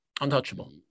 Untouchable